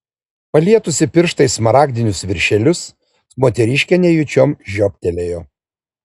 palietusi pirštais smaragdinius viršelius moteriškė nejučiom žioptelėjo